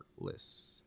heartless